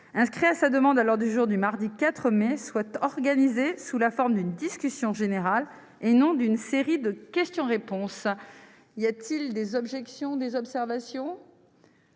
inscrit à sa demande à l'ordre du jour du mardi 4 mai, soit organisé sous la forme d'une discussion générale et non d'une série de questions-réponses. Y a-t-il des observations ?